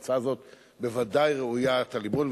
הצעה זאת בוודאי ראויה לליבון,